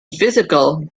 physical